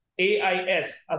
AIS